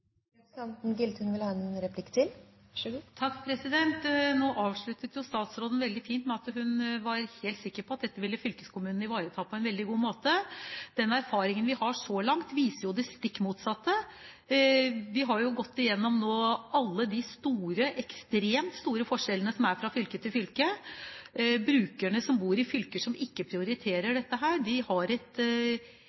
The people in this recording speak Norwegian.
Nå avsluttet statsråden veldig fint med at hun var helt sikker på at dette ville fylkeskommunene ivareta på en veldig god måte. Den erfaringen vi har så langt, viser jo det stikk motsatte. Vi har gått igjennom alle de store – ekstremt store – forskjellene som er fra fylke til fylke. Brukerne som bor i fylker som ikke prioriterer